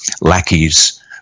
lackeys